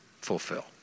fulfill